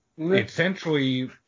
Essentially